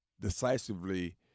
decisively –